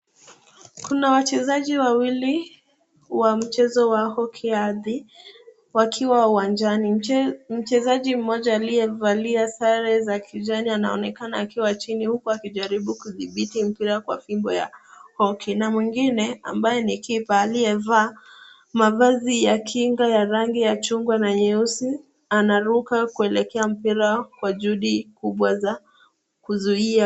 Kuna wachezaji wawili wa mchezo wa hoki wakiwa uwanjani. Mchezaji mmoja aliyevalia sare za kijani anaonekana akiwa chini huku akijaribu kudhibiti mpira kwa fimbo ya hoki na mwingine ambaye ni kepa aliyevaa mavazi ya kinga ya rangi ya chungwa na nyeusi anaruka kuelekea mpira kwa juhudi kubwa za kuzuia.